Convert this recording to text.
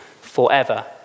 forever